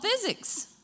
physics